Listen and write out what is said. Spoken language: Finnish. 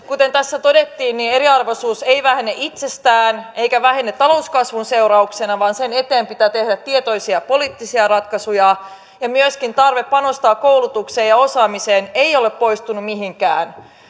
kuten tässä todettiin eriarvoisuus ei vähene itsestään eikä vähene talouskasvun seurauksena vaan sen eteen pitää tehdä tietoisia poliittisia ratkaisuja myöskään tarve panostaa koulutukseen ja osaamiseen ei ole poistunut mihinkään